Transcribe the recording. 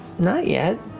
not yet.